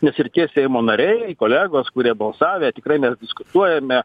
nes ir tie seimo nariai kolegos kurie balsavę tikrai mes diskutuojame